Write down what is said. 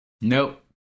Nope